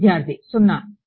విద్యార్థి 0